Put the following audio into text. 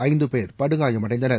ஐந்து பேர் படுகாயமடைந்தனர்